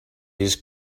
his